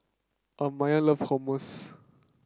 Amiah love Hummus